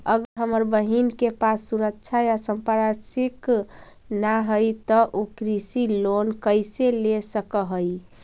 अगर हमर बहिन के पास सुरक्षा या संपार्श्विक ना हई त उ कृषि लोन कईसे ले सक हई?